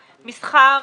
מסחר.